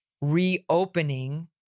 reopening